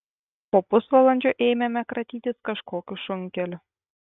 po pusvalandžio ėmėme kratytis kažkokiu šunkeliu